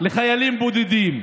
לחיילים בודדים,